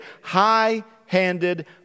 high-handed